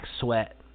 sweat